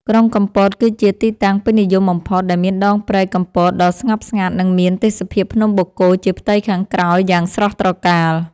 ក្រុងកំពតគឺជាទីតាំងពេញនិយមបំផុត ដែលមានដងព្រែកកំពតដ៏ស្ងប់ស្ងាត់ និងមានទេសភាពភ្នំបូកគោជាផ្ទៃខាងក្រោយយ៉ាងស្រស់ត្រកាល។